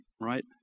right